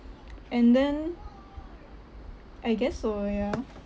and then I guess so yeah